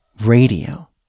radio